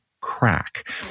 crack